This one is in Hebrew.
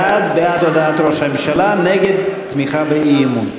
בעד, בעד הודעת ראש הממשלה, נגד, תמיכה באי-אמון.